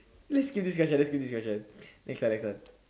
let's skip this question let's skip this question next one next one